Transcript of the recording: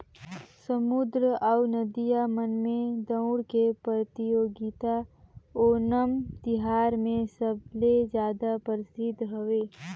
समुद्दर अउ नदिया मन में दउड़ के परतियोगिता ओनम तिहार मे सबले जादा परसिद्ध हवे